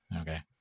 Okay